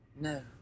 No